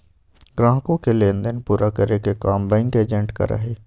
ग्राहकों के लेन देन पूरा करे के काम बैंक एजेंट करा हई